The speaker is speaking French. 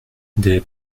des